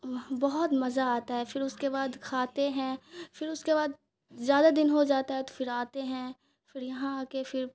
بہت مزہ آتا ہے پھر اس کے بعد کھاتے ہیں پھر اس کے بعد زیادہ دن ہو جاتا ہے تو پھر آتے ہیں پھر یہاں آ کے پھر